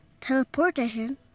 Teleportation